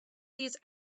these